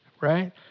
right